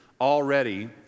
already